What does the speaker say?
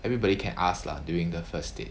everybody can ask lah during the first date